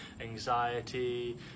anxiety